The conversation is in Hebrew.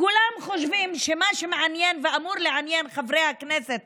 כולם חושבים שמה שמעניין ואמור לעניין את חברי הכנסת